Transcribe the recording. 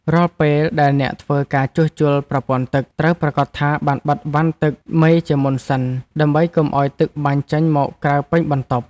រាល់ពេលដែលអ្នកធ្វើការជួសជុលប្រព័ន្ធទឹក ត្រូវប្រាកដថាបានបិទវ៉ាន់ទឹកមេជាមុនសិន ដើម្បីកុំឱ្យទឹកបាញ់ចេញមកក្រៅពេញបន្ទប់។